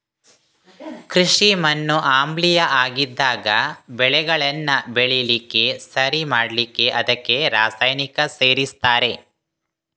ಕೃಷಿ ಮಣ್ಣು ಆಮ್ಲೀಯ ಆಗಿದ್ದಾಗ ಬೆಳೆಗಳನ್ನ ಬೆಳೀಲಿಕ್ಕೆ ಸರಿ ಮಾಡ್ಲಿಕ್ಕೆ ಅದಕ್ಕೆ ರಾಸಾಯನಿಕ ಸೇರಿಸ್ತಾರೆ